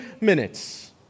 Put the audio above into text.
minutes